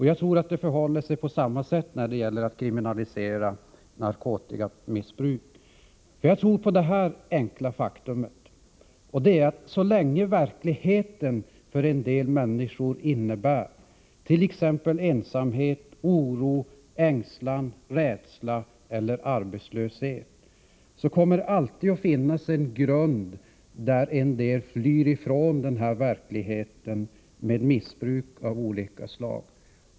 Jag tror att det förhåller sig på samma sätt när det gäller att kriminalisera narkotikamissbruk. Jag tror på detta enkla faktum, att så länge verkligheten för en del människor innebär t.ex. ensamhet, oro, ängslan, rädsla eller arbetslöshet kommer det alltid att finnas de som flyr från denna verklighet genom missbruk av olika slag.